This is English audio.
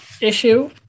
issue